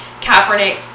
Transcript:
Kaepernick